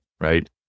right